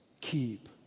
keep